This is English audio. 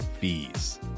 fees